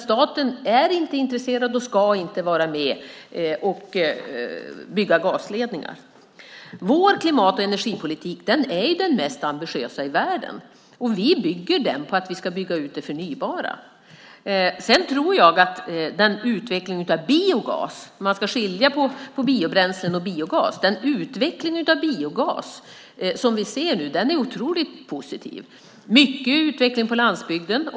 Staten är inte intresserad och ska inte vara med och bygga gasledningar. Vår klimat och energipolitik är den mest ambitiösa i världen. Den bygger på att vi ska bygga ut det förnybara. Man ska skilja på biobränsle och biogas. Den utveckling av biogas som vi ser nu är otroligt positiv. Det är mycket utveckling på landsbygden.